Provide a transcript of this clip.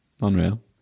Unreal